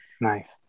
Nice